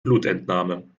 blutentnahme